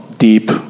Deep